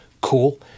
Cool